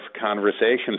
conversations